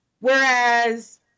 Whereas